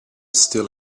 still